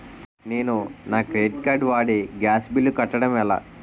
నేను నా credit card వాడి గ్యాస్ బిల్లు కట్టడం ఎలా?